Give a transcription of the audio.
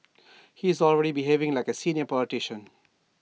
he is already behaving like A senior politician